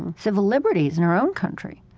and civil liberties in our own country,